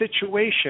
situation